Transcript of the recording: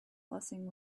blessing